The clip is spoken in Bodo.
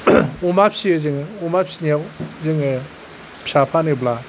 अमा फिसियो जों अमा फिसिनायाव जोङो फिसा फानोब्ला